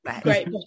great